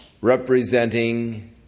Representing